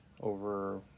over